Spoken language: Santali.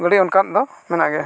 ᱜᱟᱹᱰᱤ ᱚᱱᱠᱟᱱᱟᱜ ᱫᱚ ᱢᱮᱱᱟᱜ ᱜᱮᱭᱟ